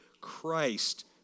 Christ